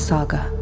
Saga